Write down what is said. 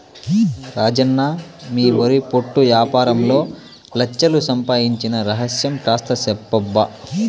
రాజన్న మీ వరి పొట్టు యాపారంలో లచ్ఛలు సంపాయించిన రహస్యం కాస్త చెప్పబ్బా